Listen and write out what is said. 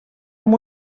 amb